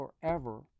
forever